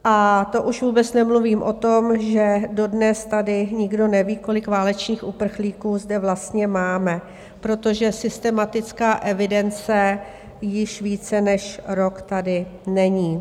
A to už vůbec nemluvím o tom, že dodnes tady nikdo neví, kolik válečných uprchlíků zde vlastně máme, protože systematická evidence již více než rok tady není.